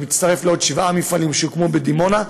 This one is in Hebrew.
שמתווסף לעוד שבעה מפעלים שהוקמו בדימונה.